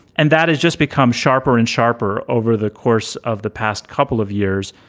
and that has just become sharper and sharper over the course of the past couple of years,